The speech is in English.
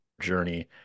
journey